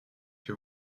que